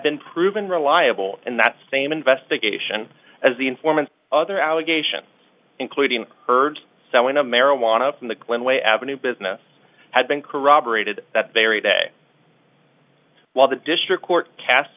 been proven reliable in that same investigation as the informant other allegations including her selling of marijuana in the glen way avenue business had been corroborated that very day while the district court cast